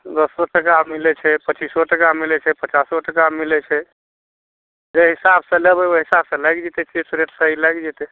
दसो टका मिलै छै पचीसो टका मिलै छै पचासो टका मिलै छै जाहि हिसाबसे लेबै ओहि हिसाबसे लागि जएतै फिक्स रेट सही लागि जएतै